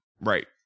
Right